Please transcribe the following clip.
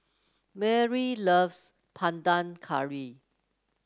Marylee loves Panang Curry